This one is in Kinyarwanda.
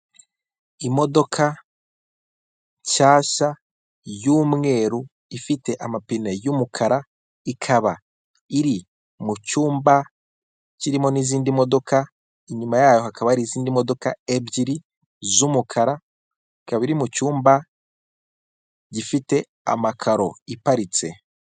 Imodoka nshyashya y'umweru ifite amapine y'umukara, ikaba iri mu cyumba kirimo n'izindi modoka, inyuma yaho hakaba hari izindi modoka ebyiri z'umukara. Ikaba iri mu cyumba gifite amakaro.